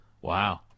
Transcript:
Wow